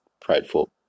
prideful